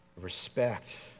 respect